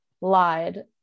lied